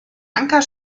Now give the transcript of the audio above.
anker